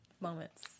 moments